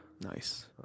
nice